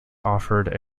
offered